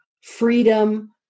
freedom